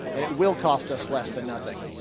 and it will cost us less than nothing.